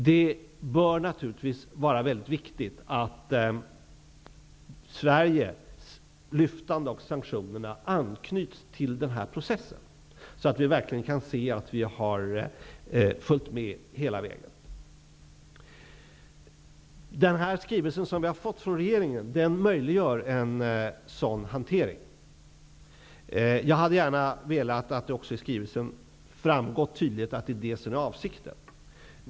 Det är naturligtvis viktigt att Sveriges lyftande av sanktionerna knyts an till denna process. Då går det verkligen att se att vi har följt med hela vägen. Skrivelsen från regeringen möjliggör en sådan hantering. Jag hade gärna sett att det i skrivelsen hade framgått tydligt att detta är avsikten.